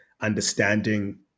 understanding